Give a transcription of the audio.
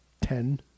Ten